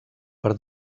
per